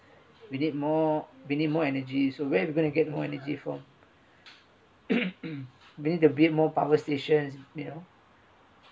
we need more we need more energy so where we're going to get more energy from be it the be it more power stations you know